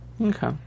Okay